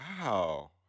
Wow